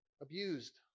abused